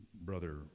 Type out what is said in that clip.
Brother